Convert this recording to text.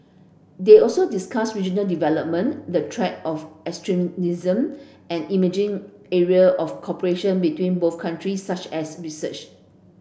they also discussed regional development the threat of extremism and emerging area of cooperation between both country such as research